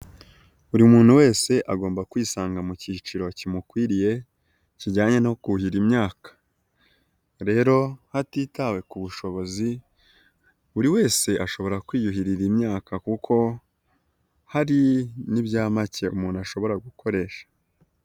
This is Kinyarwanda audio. Buri muntu wese agomba kwisanga mu kiciro kimukwiriye kijyanye no kuhira imyaka, rero hatitawe ku bushobozi buri wese ashobora kwiyuhirira imyaka kuko hari n'ibya make umuntu ashobora gukoresha.